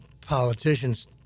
politicians